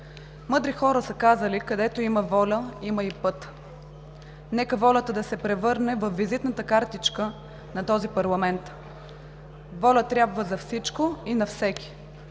Мъдри хора са казали: „Където има воля, има и път.“ Нека волята да се превърне във визитната картичка на този парламент. Воля трябва за всичко и на всеки